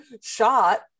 shot